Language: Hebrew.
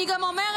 אני גם אומרת,